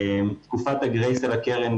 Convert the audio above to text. תקופת הגרייס על הקרן,